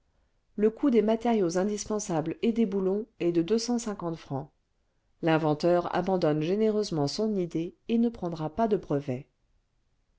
le coût des matériaux indispensables et des boulons est de francs l'inventeur abandonne généreusement son idée et ne prendra pas de brevet